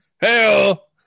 Hell